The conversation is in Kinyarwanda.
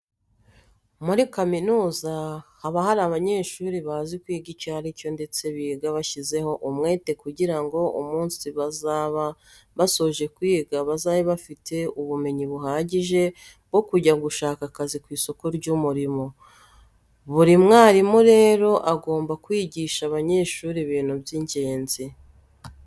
Muri kaminuza haba hari abanyeshuri bazi kwiga icyo ari cyo ndetse biga bashyizeho umwete kugira ngo umunsi bazaba basoje kwiga bazabe bafite ubumenyi buhagije bwo kujya gushaka akazi ku isoko ry'umurimo. Buri mwarimu rero agomba kwigisha abanyeshuri ibintu by'ingenzi.